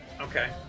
Okay